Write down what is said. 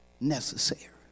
necessary